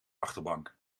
achterbank